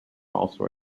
also